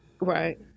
Right